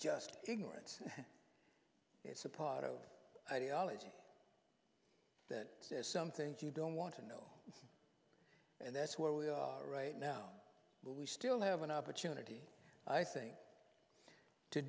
just ignorance it's a part of ideology that something you don't want to know and that's where we are right now but we still have an opportunity i think to